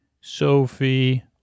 Sophie